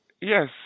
Yes